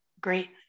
great